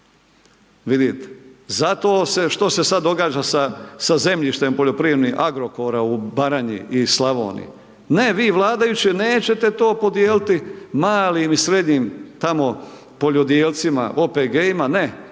Vidite, zato se, što se sad događa sa, sa zemljištem poljoprivrednim Agrokora u Baranji i Slavoniji, ne, vi vladajući nećete to podijeliti malim i srednjim tamo poljodjelcima, OPG-ima, ne,